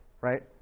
right